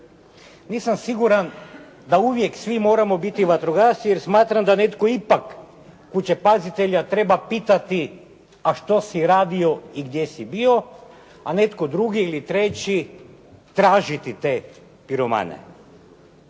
Nisam siguran da uvijek svi moramo biti vatrogasci jer smatram da netko ipak kućepazitelja treba pitati a što si radio i gdje si bio, a netko drugi ili treći tražiti te piromane.